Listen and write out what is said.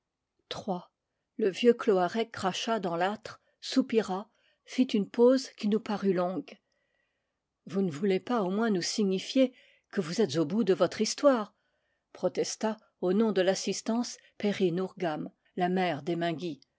le vieux cloarec cracha dans l'âtre soupira fit une pause qui nous parut longue vous ne voulez pas au moins nous signifier que vous êtes au bout de votre histoire protesta au nom de l'assis tance perrine ourgam la mère des menguy